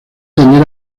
tener